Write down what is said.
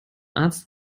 arzt